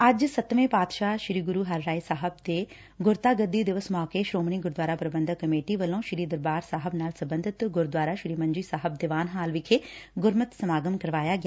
ਅੱਜ ਸੱਤਵੇ ਪਾਤਸ਼ਾਹ ਸ੍ਰੀ ਗੁਰੁ ਹਰਿਰਾਏ ਸਾਹਿਬ ਦੇ ਗੁਰਤਾਗੱਦੀ ਦਿਵਸ ਮੌਕੇ ਸ਼ੌਮਣੀ ਗੁਰਦੁਆਰਾ ਪ੍ਰਬੰਧਕ ਕਮੇਟੀ ਵੱਲੋ ਸ੍ਰੀ ਦਰਬਾਰ ਸਾਹਿਬ ਨਾਲ ਸਬੰਧਤ ਗੁਰਦੁਆਰਾ ਸੀ ਮੰਜੀ ਸਾਹਿਬ ਦੀਵਾਨ ਹਾਲ ਵਿਖੇ ਗੁਰਮਤਿ ਸਮਾਗਮ ਕਰਾਇਆ ਗਿਆ